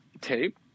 tape